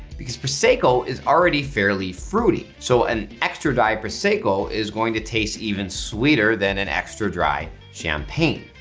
because prosecco is already fairly fruity. so an extra dry prosecco is going to taste even sweeter than an extra dry champagne.